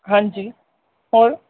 ਹਾਂਜੀ ਹੋਰ